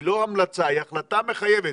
היא לא המלצה, היא החלטה מחייבת.